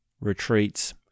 retreats